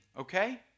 okay